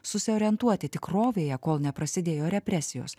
susiorientuoti tikrovėje kol neprasidėjo represijos